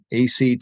ACT